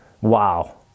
Wow